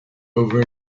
over